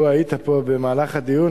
לו היית פה במהלך הדיון,